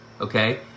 okay